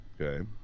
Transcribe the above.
okay